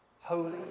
holy